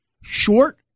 short